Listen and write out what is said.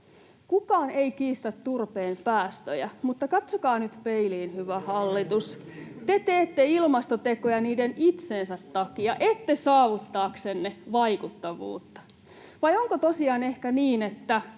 Kukaan ei kiistä turpeen päästöjä, mutta katsokaa nyt peiliin, hyvä hallitus, te teette ilmastotekoja niiden itsensä takia, ette saavuttaaksenne vaikuttavuutta. Vai onko tosiaan ehkä niin, että